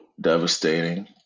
devastating